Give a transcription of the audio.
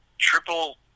triple